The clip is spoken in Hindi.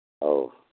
और